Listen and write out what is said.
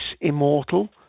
Immortal